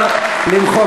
עשירה?